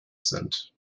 sind